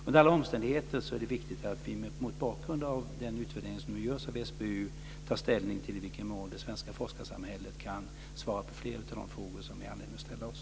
Under alla omständigheter är det viktigt att vi mot bakgrund av den utvärdering som görs av SBU tar ställning till i vilken mån det svenska forskarsamhället kan svara på fler av de frågor som vi har anledning att ställa oss.